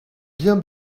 bien